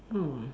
oh